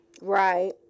right